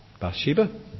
Bathsheba